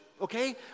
okay